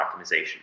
optimization